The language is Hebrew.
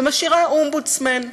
ומשאירה אומבודסמן,